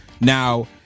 Now